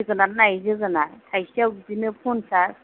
जोगोनार नायै जोगोनार थाइसेआव बिदिनो पनसास